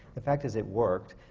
the fact is, it worked,